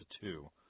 two